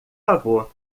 favor